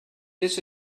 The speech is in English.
this